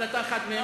אבל אתה אחד מהם.